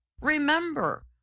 Remember